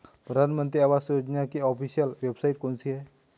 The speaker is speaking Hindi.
प्रधानमंत्री आवास योजना की ऑफिशियल वेबसाइट कौन सी है?